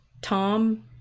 Tom